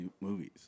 movies